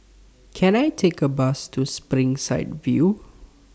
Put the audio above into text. Can I Take A Bus to Springside View